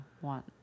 want